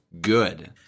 good